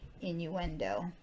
innuendo